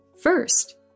First